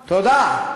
תודה.